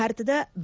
ಭಾರತದ ಬಿ